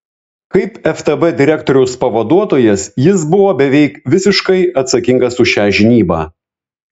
kaip ftb direktoriaus pavaduotojas jis buvo beveik visiškai atsakingas už šią žinybą